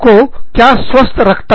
आपको क्या स्वस्थ रखता है